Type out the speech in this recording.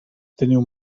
teniu